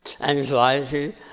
anxiety